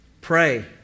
pray